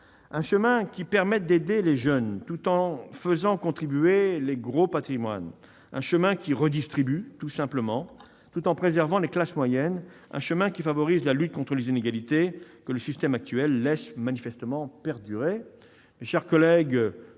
Un chemin qui permette d'aider les jeunes, tout en faisant contribuer les gros patrimoines. Un chemin qui redistribue, tout en préservant les classes moyennes. Un chemin qui favorise la lutte contre les inégalités, que le système actuel laisse manifestement perdurer.